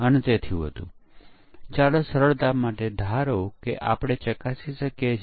આપણે કહી શકીએ કે પરીક્ષણ એક ટ્રિપલેટ છે